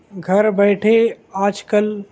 گھر بیٹھے آج کل